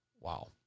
Wow